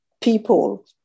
people